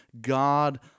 God